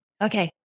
Okay